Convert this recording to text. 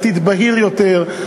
עתיד בהיר יותר,